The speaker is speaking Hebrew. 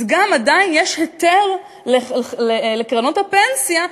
אז גם עדיין יש היתר לקרנות הפנסיה,